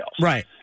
Right